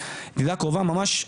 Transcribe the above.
כשידידה קרובה ממש,